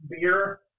beer